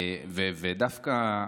דווקא,